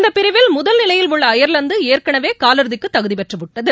இந்தப் பிரிவில் முதல் நிலையில் உள்ளஅயர்லாந்து ஏற்கனவேகாலிறுதிக்குதகுதிபெற்றுவிட்டது